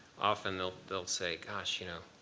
often they'll they'll say, gosh, you know